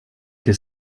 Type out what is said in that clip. till